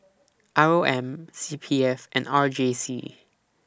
R O M C P F and R J C